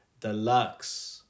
Deluxe